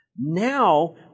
Now